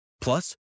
Plus